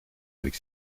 avec